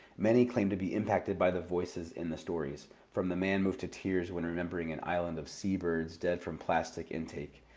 many claim to be impacted by the voices in the stories, from the man moved to tears when remembering an island of seabirds dead from plastic intake,